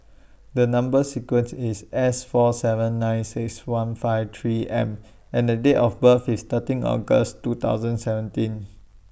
The Number sequence IS S four seven nine six one five three M and The Date of birth IS thirteen August two thousand seventeen